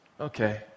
okay